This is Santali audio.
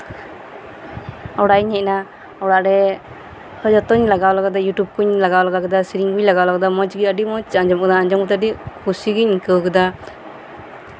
ᱚᱲᱟᱜ ᱤᱧ ᱦᱮᱡ ᱮᱱᱟ ᱚᱲᱟᱜ ᱨᱮ ᱦᱮᱡ ᱠᱟᱛᱮᱫ ᱡᱚᱛᱚᱧ ᱞᱟᱜᱟᱣ ᱞᱮᱜᱟ ᱠᱮᱫᱟ ᱤᱭᱩᱴᱩᱵ ᱠᱚᱧ ᱞᱟᱜᱟᱣ ᱞᱮᱜᱟ ᱠᱮᱫᱟ ᱥᱮᱹᱨᱮᱹᱧ ᱠᱚᱧ ᱞᱟᱜᱟᱣ ᱞᱟᱜᱟ ᱠᱮᱫᱟ ᱢᱚᱸᱡᱽ ᱜᱮ ᱟᱹᱰᱤ ᱢᱚᱸᱡᱽ ᱟᱸᱡᱚᱢ ᱠᱟᱛᱮᱫ ᱟᱹᱰᱤ ᱠᱩᱥᱤ ᱜᱮᱧ ᱟᱹᱭᱠᱟᱹᱣ ᱠᱮᱫᱟ